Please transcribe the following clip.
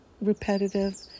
repetitive